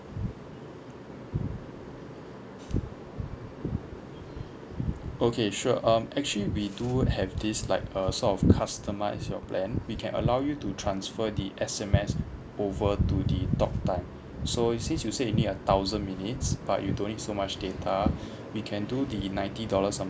okay sure um actually we do have this like a sort of customise your plan we can allow you to transfer the S_M_S over to the talk time so since you say you need a thousand minutes but you don't need so much data we can do the ninety dollars a